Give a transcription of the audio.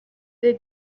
дээ